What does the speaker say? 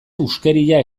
huskeria